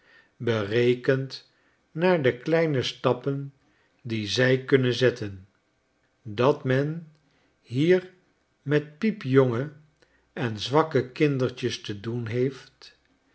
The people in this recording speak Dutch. berekend naar de kleine stappen die zij kunnfen zetten dat men hier metpiepjonge en zwakke kindertjes te doen heeft